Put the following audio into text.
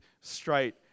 straight